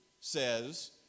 says